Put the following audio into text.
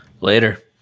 Later